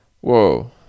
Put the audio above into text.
Whoa